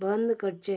बंद करचें